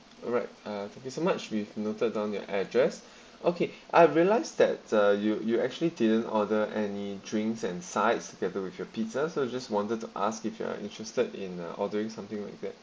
alright uh thank you so much we noted down your address okay I realised that uh you you actually didn't order any drinks and sides together with your pizza so we just wanted to ask if you are interested in uh ordering something like that